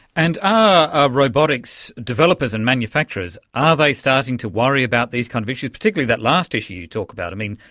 and are robotics developers and manufacturers, are they starting to worry about these kind of issues, particularly that last issue you talked about? i mean,